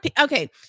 okay